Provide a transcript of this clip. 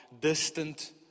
distant